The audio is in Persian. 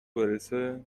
برسه